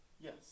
Yes